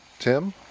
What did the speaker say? Tim